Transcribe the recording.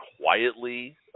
quietly